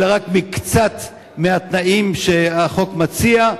אלא רק מקצת התנאים שהחוק מציע.